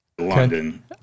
London